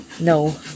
No